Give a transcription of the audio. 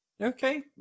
okay